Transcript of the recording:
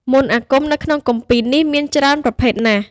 មន្តអាគមនៅក្នុងគម្ពីរនេះមានច្រើនប្រភេទណាស់។